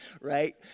right